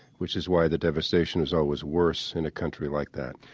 which is why the devastation is always worse in a country like that.